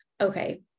okay